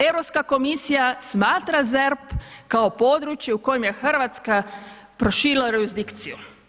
Europska komisija smatra ZERP kao područje u kojem je Hrvatska proširila jurisdikciju.